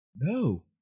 no